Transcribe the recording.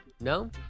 No